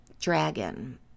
Dragon